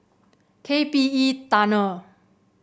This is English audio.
K P E Tunnel